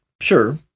Sure